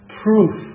proof